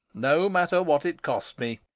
no matter what it cost me,